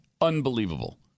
Unbelievable